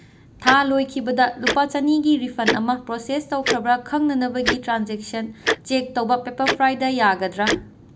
ꯊꯥ ꯂꯣꯏꯈꯤꯕꯗ ꯂꯨꯄꯥ ꯆꯅꯤꯒꯤ ꯔꯤꯐꯟ ꯑꯃ ꯄ꯭ꯔꯣꯁꯦꯁ ꯇꯧꯈ꯭ꯔꯕ꯭ꯔꯥ ꯈꯪꯅꯅꯕꯒꯤ ꯇ꯭ꯔꯥꯟꯖꯦꯛꯁꯟ ꯆꯦꯛ ꯇꯧꯕ ꯄꯦꯄꯔ ꯐ꯭ꯔꯥꯏꯗ ꯌꯥꯒꯗ꯭ꯔꯥ